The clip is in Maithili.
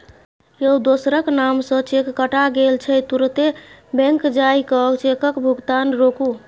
यौ दोसरक नाम सँ चेक कटा गेल छै तुरते बैंक जाए कय चेकक भोगतान रोकु